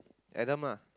Adam lah